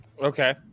Okay